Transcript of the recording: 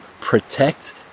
protect